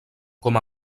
com